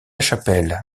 chapelle